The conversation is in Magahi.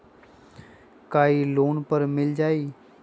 का इ लोन पर मिल जाइ?